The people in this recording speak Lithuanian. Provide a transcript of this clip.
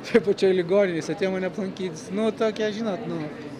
toj pačioj ligoninėj jis atėjo mane aplankyt nu tokia žinot nu